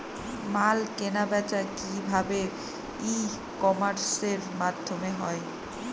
মাল কেনাবেচা কি ভাবে ই কমার্সের মাধ্যমে হয়?